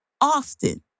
often